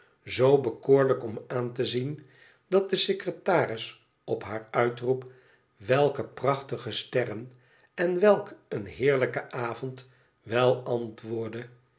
zoo bekoorlijk om aan te zien dat de secretaris op haar uitroep welke prachtige sterren en welk een heerlijke avond i wel antwoordde